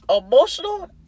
Emotional